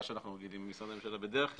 שאנחנו רגילים במשרדי ממשלה בדרך כלל.